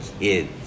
kids